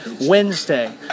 Wednesday